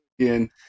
again